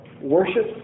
worship